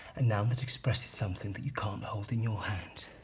a noun that expresses something that you can't hold in your hands.